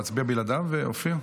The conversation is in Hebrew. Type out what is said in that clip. להצביע בלעדיו, אופיר?